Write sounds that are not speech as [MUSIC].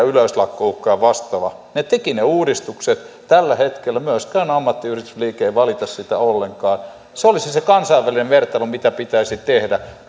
[UNINTELLIGIBLE] yleislakkouhkaa ja vastaavaa he tekivät ne uudistukset tällä hetkellä myöskään ammattiyhdistysliike ei valita sitä ollenkaan se olisi se se kansainvälinen vertailu mitä pitäisi tehdä